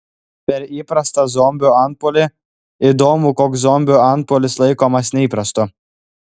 per įprastą zombių antpuolį įdomu koks zombių antpuolis laikomas neįprastu